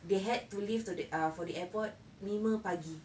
they had to leave to the ah for the airport lima pagi